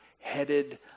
headed